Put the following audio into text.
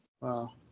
Wow